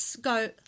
go